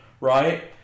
Right